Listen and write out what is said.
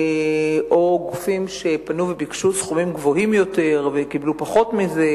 או גופים שפנו וביקשו סכומים גבוהים יותר וקיבלו פחות מזה,